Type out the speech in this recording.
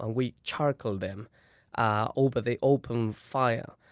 ah we charcoal them ah over the open fire